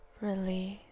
release